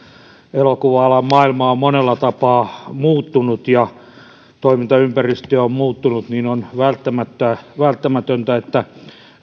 elokuva alan maailma on monella tapaa muuttunut ja toimintaympäristö on muuttunut niin että on välttämätöntä että